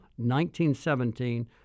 1917